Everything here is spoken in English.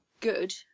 good